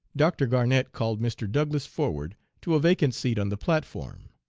dr. garnett called mr. douglass forward to a vacant seat on the platform.